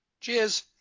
Cheers